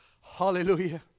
hallelujah